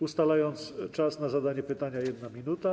Ustalam czas na zadanie pytania - 1 minuta.